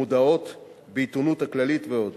מודעות בעיתונות הכללית ועוד.